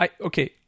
Okay